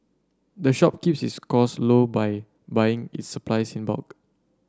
the shop keeps its cost low by buying its supplies in bulk